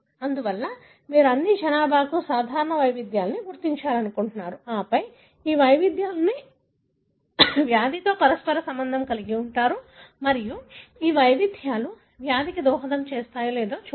అందువల్ల మీరు అన్ని జనాభాకు సాధారణ వైవిధ్యాలను గుర్తించాలనుకుంటున్నారు ఆపై ఈ వైవిధ్యాలను వ్యాధితో పరస్పర సంబంధం కలిగి ఉంటారు మరియు ఈ వైవిధ్యాలు వ్యాధికి దోహదం చేస్తాయో లేదో చూడండి